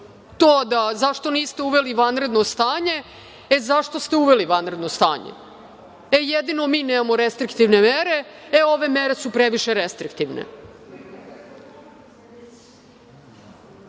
zašto ste uveli vanredno stanje, e zašto ste uveli vanredno stanje, jedino mi nemamo restriktivne mere, ove mere su previše restriktivne,